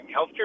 Healthcare